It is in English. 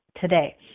today